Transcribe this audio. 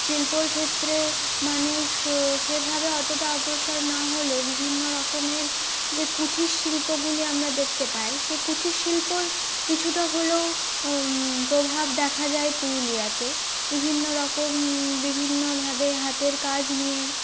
শিল্পর ক্ষেত্রে মানুষ সেভাবে অতটা অগ্রসর না হলেও বিভিন্ন রকমের যে কুঠির শিল্পগুলি আমরা দেখতে পাই সেই কুঠির শিল্পর কিছুটা হলেও প্রভাব দেখা যায় পুরুলিয়াতে বিভিন্ন রকম বিভিন্নভাবে হাতের কাজ নিয়ে